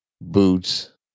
boots